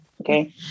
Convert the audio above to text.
okay